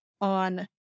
on